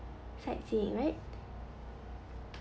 sightseeing right